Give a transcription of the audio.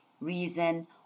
reason